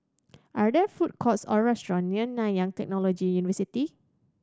are there food courts or restaurants near Nanyang Technological University